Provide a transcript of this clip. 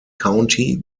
county